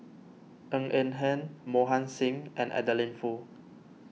Ng Eng Hen Mohan Singh and Adeline Foo